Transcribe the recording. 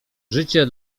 życie